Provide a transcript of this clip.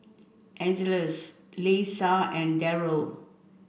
Angeles Leisa and Darryl